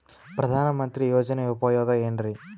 ಪ್ರಧಾನಮಂತ್ರಿ ಯೋಜನೆ ಉಪಯೋಗ ಏನ್ರೀ?